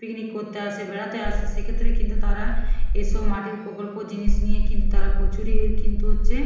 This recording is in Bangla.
পিকনিক করতে আসে বেড়াতে আসে সেক্ষেত্রে কিন্তু তারা এই সব মাটির প্রকল্প জিনিস নিয়ে কিন্তু তারা প্রচুরই কিন্তু হচ্ছে